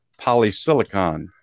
polysilicon